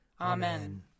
Amen